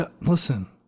Listen